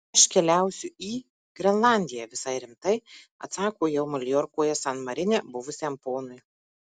aš keliausiu į grenlandiją visai rimtai atsakau jau maljorkoje san marine buvusiam ponui